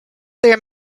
their